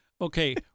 Okay